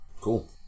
cool